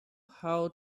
how